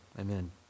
Amen